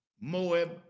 Moab